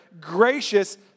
gracious